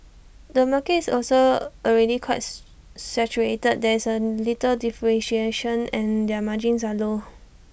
the market is also already quite saturated there is A little differentiation and margins are low